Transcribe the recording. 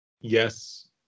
yes